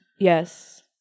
Yes